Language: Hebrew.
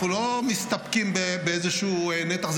אנחנו לא מסתפקים באיזשהו נתח,